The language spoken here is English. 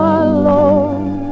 alone